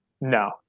no